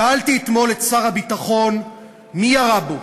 שאלתי אתמול את שר הביטחון: מי ירה בו?